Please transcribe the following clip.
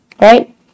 right